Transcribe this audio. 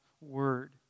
Word